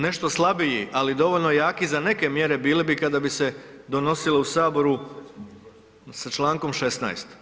Nešto slabiji, ali dovoljno jaki za neke mjere bili bi kada bi se donosile u saboru sa čl. 16.